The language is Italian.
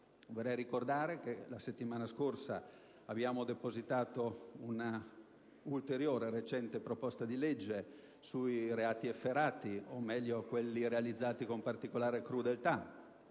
Vorrei ricordare che la settimana scorsa abbiamo depositato un'ulteriore proposta di legge sui reati efferati o, meglio, quelli realizzati con particolare crudeltà,